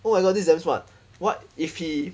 oh my god this damn smart what if he